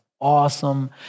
awesome